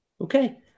Okay